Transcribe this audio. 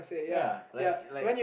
ya like like